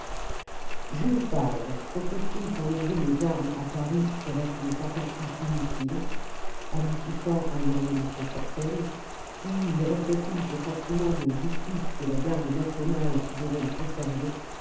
jules favre comprit-il qu'enlever les armes à paris serait une tentative inutile aboutissant à une révolution certaine ou lui la commune restait-il ce sentiment de justice que la garde nationale devait les conserver